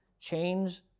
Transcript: change